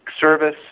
Service